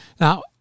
Now